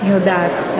אני יודעת,